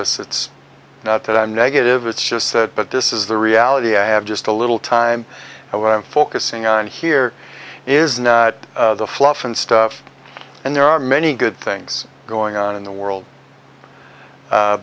us it's not that i'm negative it's just that but this is the reality i have just a little time and what i'm focusing on here is now the fluff and stuff and there are many good things going on in the world